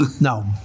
No